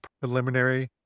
preliminary